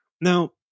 now